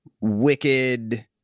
wicked